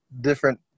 different